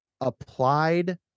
applied